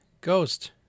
ghost